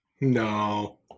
no